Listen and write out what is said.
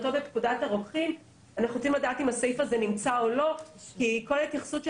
אנחנו רוצים לדעת אם הסעיף הזה נמצא או לא כי כל ההתייחסות של